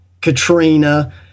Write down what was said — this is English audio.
Katrina